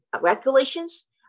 regulations